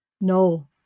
no